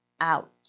out